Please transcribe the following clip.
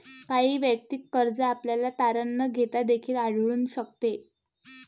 काही वैयक्तिक कर्ज आपल्याला तारण न घेता देखील आढळून शकते